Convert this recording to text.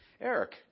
Eric